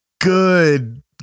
good